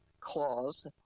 clause